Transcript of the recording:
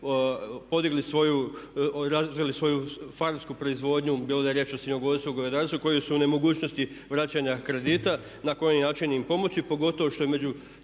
podigli svoju i razvili svoju farmersku proizvodnju bilo da je riječ o svinjogojstvu i govedarstvu koji su u nemogućnosti vraćanja kredita na koji način im pomoći pogotovo što je među